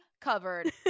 covered